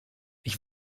ich